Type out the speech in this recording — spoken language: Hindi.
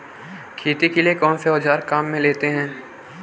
खेती के लिए कौनसे औज़ार काम में लेते हैं?